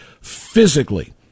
physically